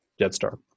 Jetstar